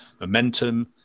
momentum